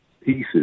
Pieces